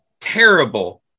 terrible